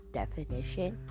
definition